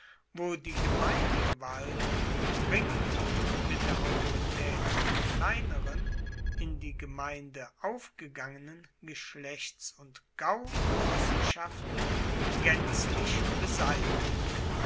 wo die gemeindegewalt noch ringt mit der autoritaet der kleineren in die gemeinde aufgegangenen geschlechts oder gaugenossenschaften gaenzlich beseitigt